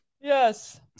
Yes